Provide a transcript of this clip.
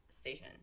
station